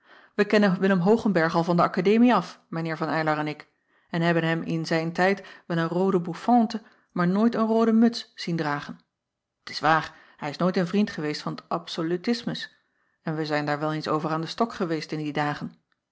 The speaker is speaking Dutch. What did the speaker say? wij kennen illem oogenberg al van de akademie af mijn eer van ylar en ik en hebben hem in zijn tijd wel een roode bouffante maar nooit een roode muts zien dragen t s waar hij is nooit een vriend geweest van t absolutismus en wij zijn daar wel eens over aan den stok geweest in die dagen